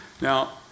Now